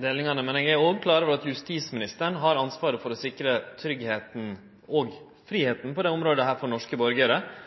delingane, men eg er òg klar over at justisministeren har ansvaret for å sikre tryggleiken og fridomen på dette området for norske